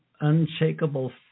unshakable